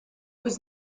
was